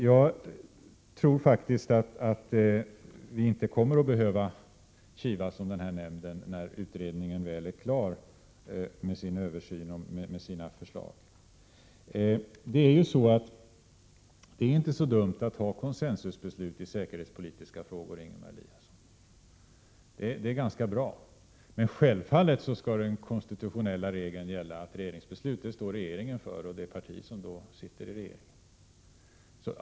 Jag tror faktiskt att vi inte kommer att behöva kivas om nämnden när utredningen väl är klar med sin översyn och med sina förslag. Det är inte så dumt att ha consensusbeslut i säkerhetspolitiska frågor, Ingemar Eliasson. Det är ganska bra. Men självfallet skall den konstitutionella regeln gälla att regeringen och det parti som sitter i regeringen står för regeringsbesluten.